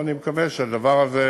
ואני מקווה שהדבר הזה